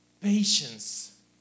patience